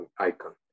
Icon